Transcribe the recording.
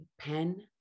Pen